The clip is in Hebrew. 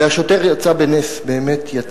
והשוטר באמת יצא בנס.